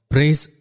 Praise